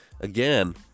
Again